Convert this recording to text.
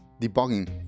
debugging